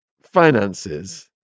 finances